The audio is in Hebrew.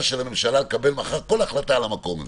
של הממשלה לקבל מחר כל החלטה על המקום הזה.